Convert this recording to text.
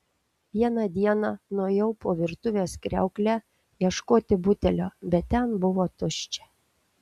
vieną dieną nuėjau po virtuvės kriaukle ieškoti butelio bet ten buvo tuščia